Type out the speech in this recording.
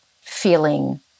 feeling